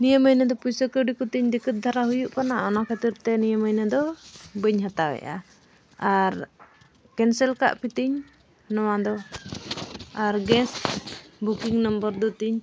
ᱱᱤᱭᱟᱹ ᱢᱟᱹᱭᱱᱟᱹ ᱫᱚ ᱯᱩᱭᱥᱟᱹ ᱠᱟᱹᱣᱰᱤ ᱠᱚᱛᱤᱧ ᱫᱤᱠᱟᱹᱛ ᱫᱷᱟᱨᱟ ᱦᱩᱭᱩᱜ ᱠᱟᱱᱟ ᱚᱱᱟ ᱠᱷᱟᱹᱛᱤᱨ ᱛᱮ ᱱᱤᱭᱟᱹ ᱢᱟᱹᱭᱱᱟᱹ ᱫᱚ ᱵᱟᱹᱧ ᱦᱟᱛᱟᱣ ᱮᱫᱼᱟ ᱟᱨ ᱠᱮᱱᱥᱮᱞ ᱠᱟᱜ ᱯᱮ ᱛᱤᱧ ᱱᱚᱣᱟ ᱫᱚ ᱟᱨ ᱜᱮᱥ ᱵᱩᱠᱤᱝ ᱱᱚᱢᱵᱚᱨ ᱫᱚ ᱛᱤᱧ